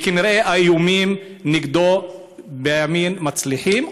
כי כנראה האיומים נגדו בימין מצליחים,